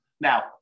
Now